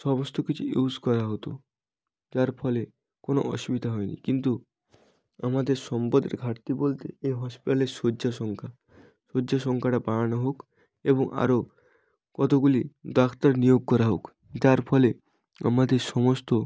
সমস্ত কিছু ইউস করা হতো যার ফলে কোনো অসুবিধা হয় নি কিন্তু আমাদের সম্পদের ঘাটতি বলতে এ হসপিটালের শয্যা সংখ্যা শয্যা সংখ্যাটা বাড়ানো হোক এবং আরও কতোগুলি ডাক্তার নিয়োগ করা হোক যার ফলে আমাদের সমস্ত